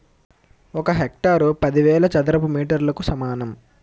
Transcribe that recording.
ఒక హెక్టారు పదివేల చదరపు మీటర్లకు సమానం